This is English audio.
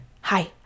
hi